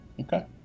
okay